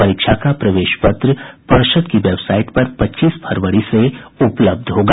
परीक्षा का प्रवेश पत्र पर्षद की वेबसाइट पर पच्चीस फरवरी से उपलब्ध होगा